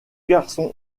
garçon